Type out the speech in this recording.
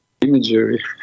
Imagery